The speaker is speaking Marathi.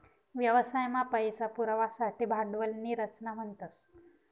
व्यवसाय मा पैसा पुरवासाठे भांडवल नी रचना म्हणतस